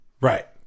Right